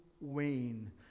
wane